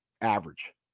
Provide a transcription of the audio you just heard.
average